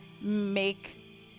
make